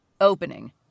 opening